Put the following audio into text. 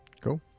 cool